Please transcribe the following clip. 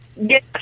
Yes